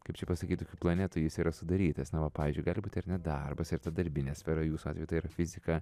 kaip čia pasakyti planetų jis yra sudarytas na va pavyzdžiui gali būti ar ne darbas ir ta darbinė sfera jūs atveju tai yra fizika